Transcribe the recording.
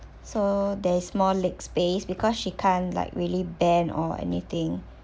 so there is more leg space because she can't like really bend or anything